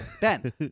Ben